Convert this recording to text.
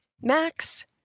Max